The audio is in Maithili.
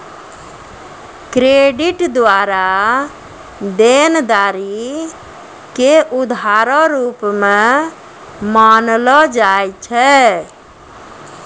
क्रेडिट द्वारा देनदारी के उधारो रूप मे मानलो जाय छै